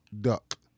Duck